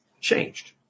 Changed